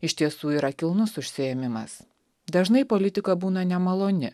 iš tiesų yra kilnus užsiėmimas dažnai politika būna nemaloni